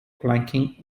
planking